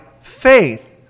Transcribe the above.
faith